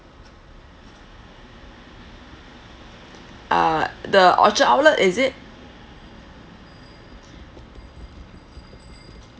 uh the orchard outlet is it